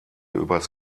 übers